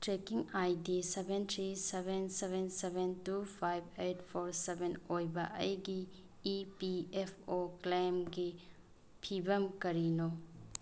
trekking I D seven three seven seven seven two five eight four seven ꯑꯣꯏꯕ ꯑꯩꯒꯤ E P F O ꯀ꯭ꯂꯦꯝꯒꯤ ꯐꯤꯚꯝ ꯀꯔꯤꯅꯣ